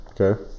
Okay